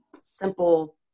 simple